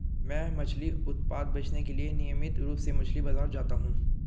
मैं मछली उत्पाद बेचने के लिए नियमित रूप से मछली बाजार जाता हूं